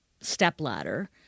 stepladder